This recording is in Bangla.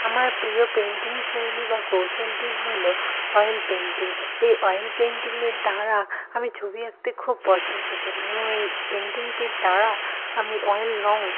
আমার প্রিয় পেন্টিং শৈলী বা কৌশলটি হল অয়েল পেন্টিং এই অয়েল পেন্টিংয়ের দ্বারা আমি ছবি আঁকতে খুব পছন্দ করি এবং এই পেন্টিংটির দ্বারা আমি অয়েল রং